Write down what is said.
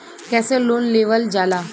कैसे लोन लेवल जाला?